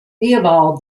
theobald